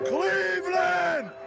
Cleveland